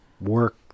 work